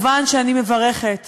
מובן שאני מברכת